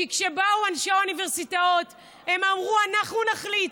כי כשבאו אנשי האוניברסיטאות הם אמרו: אנחנו נחליט.